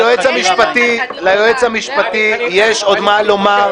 ליועץ המשפטי יש עוד מה לומר,